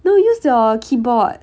no use your keyboard